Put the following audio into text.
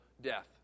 death